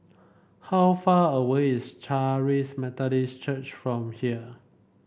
how far away is Charis Methodist Church from here